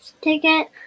ticket